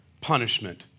punishment